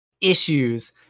issues